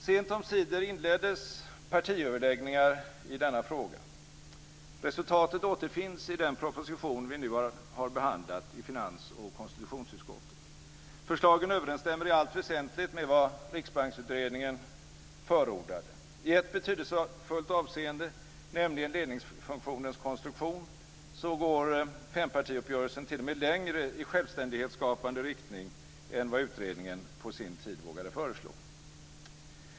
Sent omsider inleddes partiöverläggningar i denna fråga. Resultatet återfinns i den proposition vi nu har behandlat i finans och konstitutionsutskotten. Förslagen överensstämmer i allt väsentligt med vad riksbanksutredningen förordade. I ett betydelsefullt avseende, nämligen ledningsfunktionens konstruktion, går fempartiuppgörelsen t.o.m. längre i självständighetsskapande riktning än vad utredningen på sin tid vågade föreslå.